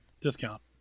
discount